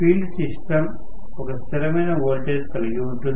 field system ఒక స్థిరమైన voltage కలిగి ఉండాలి